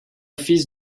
fils